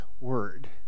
word